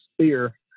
sphere